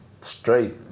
straight